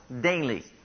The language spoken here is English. daily